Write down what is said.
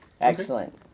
Excellent